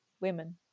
women